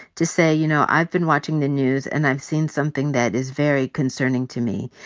to say, you know, i've been watching the news and i've seen something that is very concerning to me.